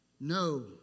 No